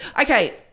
Okay